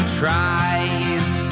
tries